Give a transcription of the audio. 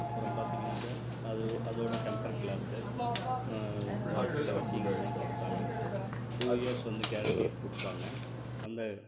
அப்புறம் பார்த்திங்கனாக்கா அது அதோட டெம்பர் கிளாஸ்ஸு சில விஷயங்கள்லாம் கொடுத்தாங்க டூ இயர்ஸ் வந்து கேரண்டி இது கொடுத்தாங்க அந்த